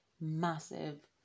massive